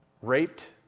Raped